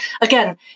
again